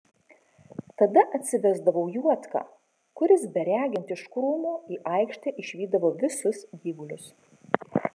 tada atsivesdavau juodką kuris beregint iš krūmų į aikštę išvydavo visus gyvulius